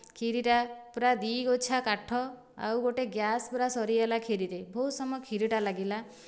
ଖିରୀଟା ପୁରା ଦୁଇ ଗୋଚ୍ଛା କାଠ ଆଉ ଗୋଟେ ଗ୍ୟାସ୍ ପୁରା ସରିଗଲା ଖିରିରେ ବହୁତ ସମୟ ଖିରିଟା ଲାଗିଲା